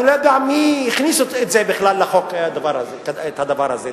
אני לא יודע מי הכניס בכלל לחוק את הדבר הזה.